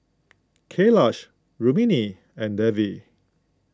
Kailash Rukmini and Devi